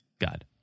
God